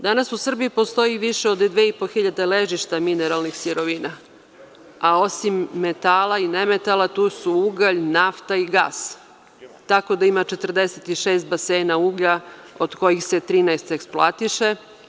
Danas u Srbiji postoji više od dve i po hiljade ležišta mineralnih sirovina, a osim metala i nemetala tu su ugalj, nafta i gas, tako da ima 46 basena uglja, od kojih se 13 eksploatiše.